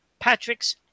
Patricks